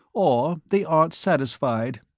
or they aren't satisfied.